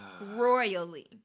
royally